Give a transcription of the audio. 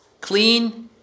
clean